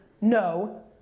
No